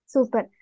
Super